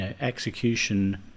execution